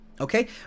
Okay